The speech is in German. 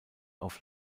auf